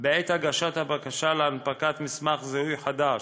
בעת הגשת הבקשה להנפקת מסמך זיהוי חדש,